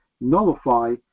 nullify